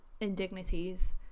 indignities